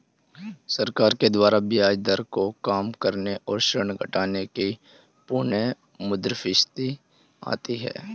सरकार के द्वारा ब्याज दर को काम करने और ऋण घटाने से पुनःमुद्रस्फीति आती है